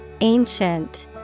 Ancient